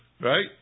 Right